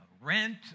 rent